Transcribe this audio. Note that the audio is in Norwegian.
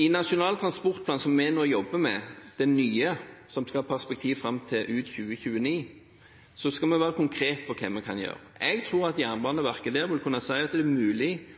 I Nasjonal transportplan, som vi nå jobber med – den nye – som skal ha perspektiv fram til ut 2029, skal vi være konkrete på hva vi kan gjøre. Jeg tror at Jernbaneverket der vil kunne si at det er mulig